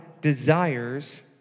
desires